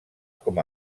com